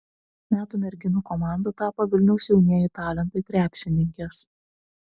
metų merginų komanda tapo vilniaus jaunieji talentai krepšininkės